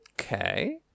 Okay